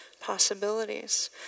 possibilities